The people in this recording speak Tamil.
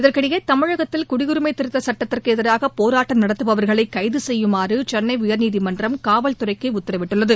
இதற்கிடையேதமிழகத்தில் குடியுரிமைதிருத்தச் சட்டத்திற்குஎதிராகபோராட்டம் நடத்துபவா்களைகைதுசெய்யுமாறுசென்னைஉயா்நீதிமன்றம் காவல்துறைக்குஉத்தரவிட்டுள்ளது